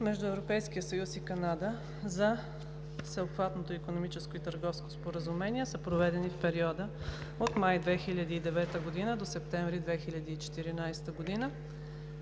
между Европейския съюз и Канада за Всеобхватното икономическо и търговско споразумение са проведени в периода от месец май 2009 г. до месец септември 2014 г.